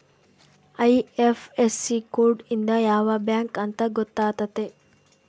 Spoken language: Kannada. ಐ.ಐಫ್.ಎಸ್.ಸಿ ಕೋಡ್ ಇಂದ ಯಾವ ಬ್ಯಾಂಕ್ ಅಂತ ಗೊತ್ತಾತತೆ